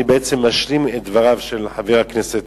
אני בעצם משלים את דבריו של חבר הכנסת